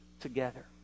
together